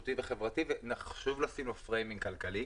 תקשורתי וחברתי וחשוב לשים לו מסגרת כלכלית.